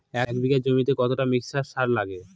এক বিঘা জমিতে কতটা মিক্সচার সার লাগে?